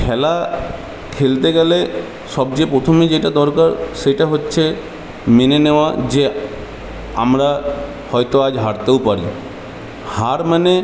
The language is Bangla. খেলা খেলতে গেলে সবচেয়ে প্রথমে যেটা দরকার সেটা হচ্ছে মেনে নেওয়া যে আমরা হয়তো আজ হারতেও পারি হার মানে